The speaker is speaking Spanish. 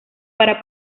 para